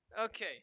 Okay